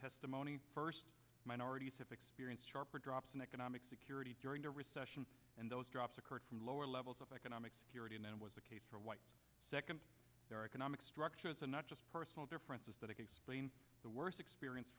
testimony first minorities have experienced sharper drops in economic security during a recession and those drops occurred from lower levels of economic security and then was the case for a white second their economic structures and not just personal differences that explain the worse experience